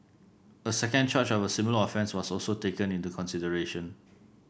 a second charge of a similar offence was also taken into consideration